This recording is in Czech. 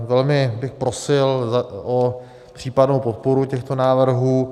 Velmi bych prosil o případnou podporu těchto návrhů.